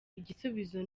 igisubizo